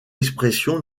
expression